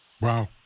Wow